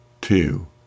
two